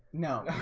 no.